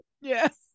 Yes